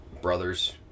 Brothers